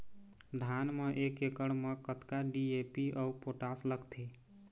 धान म एक एकड़ म कतका डी.ए.पी अऊ पोटास लगथे?